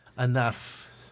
Enough